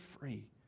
free